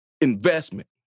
investment